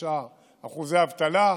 ל-11.9% אבטלה,